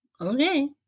Okay